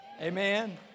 Amen